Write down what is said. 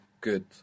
Good